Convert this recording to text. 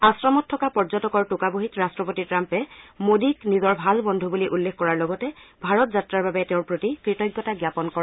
আশ্ৰমত থকা পৰ্যটকৰ টোকাবহীত ৰাট্টপতি ট্ৰাম্পে মোদীক নিজৰ ভাল বন্ধু বুলি উল্লেখ কৰাৰ লগতে ভাৰত যাত্ৰাৰ বাবে তেওঁৰ প্ৰতি কৃতঞ্চতা জ্ঞাপন কৰে